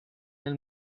nel